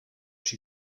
she